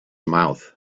mouth